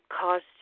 cost